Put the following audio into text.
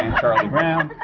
charlie brown,